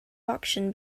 auction